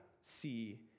see